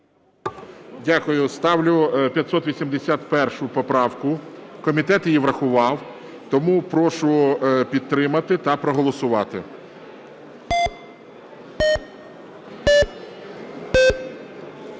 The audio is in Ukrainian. підтвердження 651 поправку. Комітет її врахував, тому прошу підтримати та проголосувати.